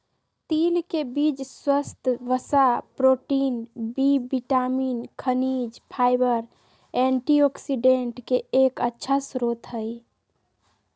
तिल के बीज स्वस्थ वसा, प्रोटीन, बी विटामिन, खनिज, फाइबर, एंटीऑक्सिडेंट के एक अच्छा स्रोत हई